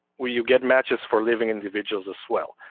where you get matches for living individuals as well.